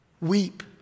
weep